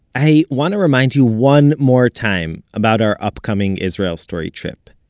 i want to remind you, one more time, about our upcoming israel story trip.